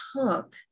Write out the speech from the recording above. hook